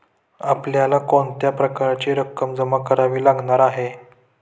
आपल्याला कोणत्या प्रकारची रक्कम जमा करावी लागणार आहे?